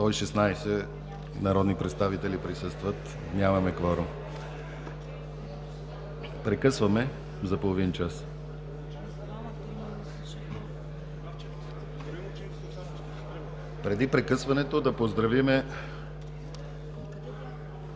Преди прекъсването да поздравим